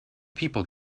people